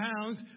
pounds